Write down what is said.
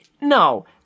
no